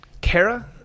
Kara